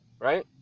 right